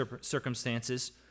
circumstances